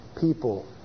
people